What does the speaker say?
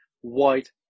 white